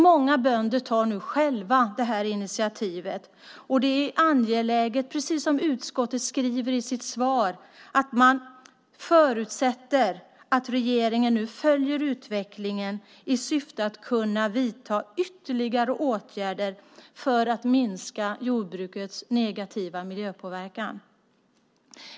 Många bönder tar själva initiativ. Det är angeläget, precis som utskottet skriver, att regeringen följer utvecklingen i syfte att kunna vidta ytterligare åtgärder för att minska jordbrukets negativa miljöpåverkan.